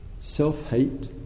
self-hate